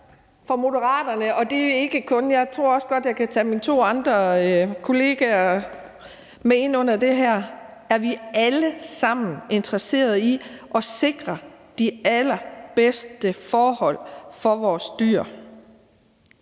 Fra Moderaternes side – og det er ikke kun os, for jeg tror også godt, at jeg kan tage mine to andre kollegaer med ind under det her – er vi alle sammen interesserede i at sikre de allerbedste forhold for vores dyr.